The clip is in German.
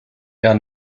der